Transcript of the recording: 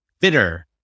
bitter